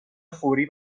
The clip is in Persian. فوری